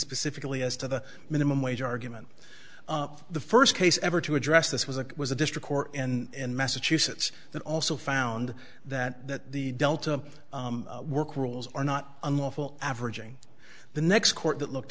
specifically as to the minimum wage argument the first case ever to address this was a was a district court and massachusetts that also found that that the delta work rules are not unlawful averaging the next court that looked